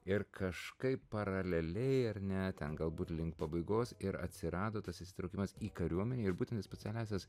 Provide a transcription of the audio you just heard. ir kažkaip paraleliai ar ne ten galbūt link pabaigos ir atsirado tas įsitraukimas į kariuomenę ir būtent į specialiąsias